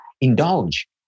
indulge